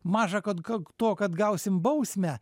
maža kad ko to kad gausim bausmę